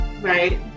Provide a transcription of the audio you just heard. right